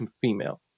female